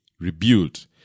rebuilt